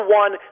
one